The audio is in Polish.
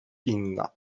inna